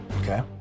Okay